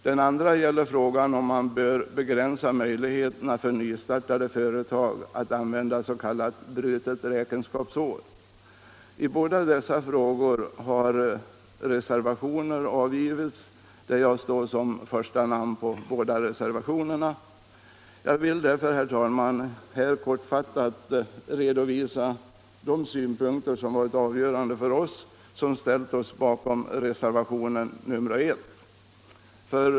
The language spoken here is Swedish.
Den andra gäller frågan om man bör begränsa möjligheterna för nystartade företag att använda s.k. brutet räkenskapsår. I båda dessa frågor har reservationer avgivits, där mitt namn står först. Jag vill därför, herr talman, här kortfattat redovisa de synpunkter som varit avgörande för oss som ställt oss bakom reservationen 1.